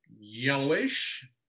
yellowish